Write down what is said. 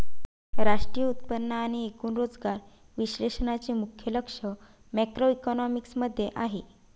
राष्ट्रीय उत्पन्न आणि एकूण रोजगार विश्लेषणाचे मुख्य लक्ष मॅक्रोइकॉनॉमिक्स मध्ये आहे